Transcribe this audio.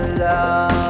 love